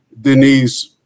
Denise